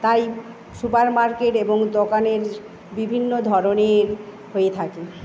তাই supermarket এবং দোকানের বিভিন্ন ধরনের হয়ে থাকে